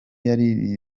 yari